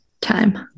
time